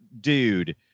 dude